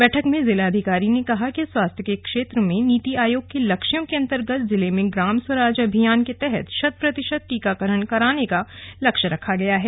बैठक में जिलाधिकारी ने कहा कि स्वास्थ्य के क्षेत्र में नीति आयोग के लक्ष्यों के अन्तर्गत जिले में ग्राम स्वराज अभियान के तहत शत प्रतिशत टीकाकरण कराने का लक्ष्य रखा गया है